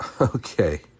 Okay